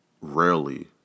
Rarely